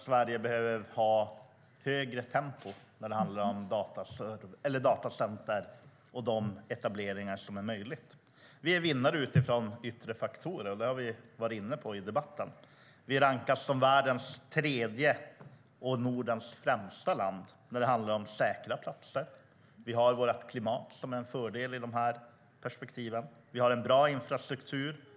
Sverige borde nog ha ett högre tempo när det handlar om datacenter och de etableringar som kan bli aktuella. Vi är vinnare utifrån yttre faktorer, och det har vi varit inne på i debatten. Vi rankas som världens tredje och Nordens främsta land när det handlar om säkra platser. Vårt klimat är en fördel i dessa perspektiv. Vi har en bra infrastruktur.